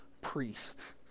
priest